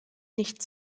nicht